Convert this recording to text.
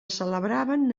celebraven